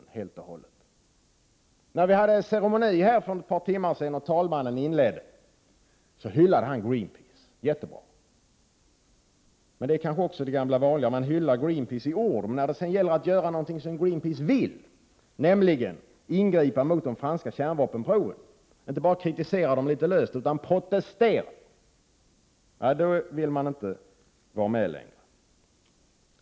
När vi för ett par timmar sedan hade en ceremoni här i kammaren hyllade talmannen Greenpeace. Det är jättebra. Men det kanske var som vanligt, dvs. man hyllar Greenpeace i ord, men när det gäller att göra något som Greenpeace vill — nämligen ingripa mot de franska kärnvapenproven, inte bara kritisera dem litet löst utan protestera — då vill man inte längre vara med.